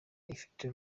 ifite